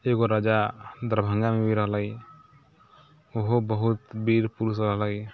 एगो राजा दरभङ्गामे भी रहलै ओहो बहुत वीर पुरुष रहलै